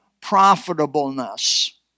profitableness